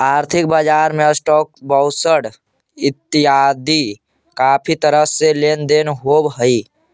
आर्थिक बजार में स्टॉक्स, बॉंडस इतियादी काफी तरह के लेन देन होव हई